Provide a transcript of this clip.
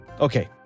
Okay